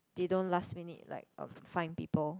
they don't last minute like got find people